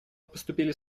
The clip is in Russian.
поступили